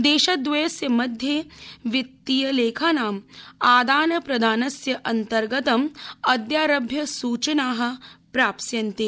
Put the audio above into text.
देशदवयस्य मध्ये वित्तीय लेखानां आदान प्रदानस्य अन्तर्गतम् अदयारभ्य सुचना प्राप्स्यन्ते